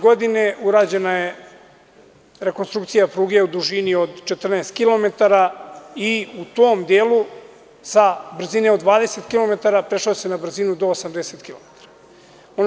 Godine 2012. urađena je rekonstrukcija pruge u dužini od 14 km i u tom delu sa brzine od 20 km na čas prešlo se na brzinu do 80 km na čas.